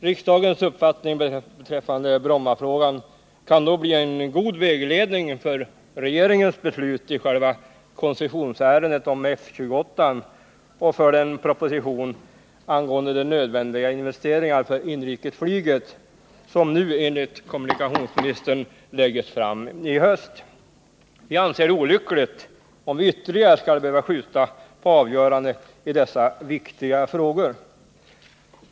Riksdagens uppfattning kan då bli en god vägledning för regeringens beslut i koncessionsärendet om F 28:an och för den proposition angående de nödvändiga investeringarna för inrikesflyget som enligt kommunikationsministern läggs fram i höst. Vi anser det olyckligt att ytterligare skjuta på avgörandet i dessa viktiga frågor.